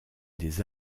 des